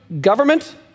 government